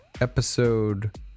episode